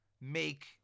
make